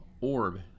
orb